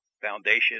foundation